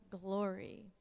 glory